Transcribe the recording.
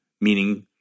meaning